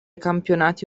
campionati